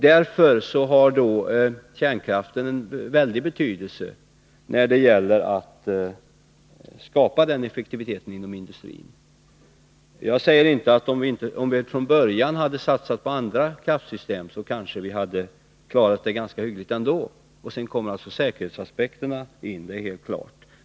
Därför har kärnkraften en väldig betydelse när det gäller att skapa den effektiviteten inom industrin. Jag säger inte att om vi från början hade satsat på andra kraftsystem, så hade vi kanske klarat det ganska hyggligt ändå. Sedan kommer säkerhetsaspekterna till — det är helt klart.